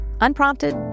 Unprompted